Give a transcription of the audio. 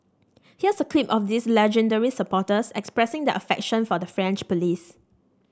here's a clip of these legendary supporters expressing their affection for the French police